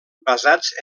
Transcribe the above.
basats